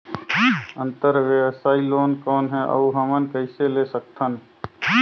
अंतरव्यवसायी लोन कौन हे? अउ हमन कइसे ले सकथन?